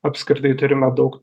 apskritai turime daug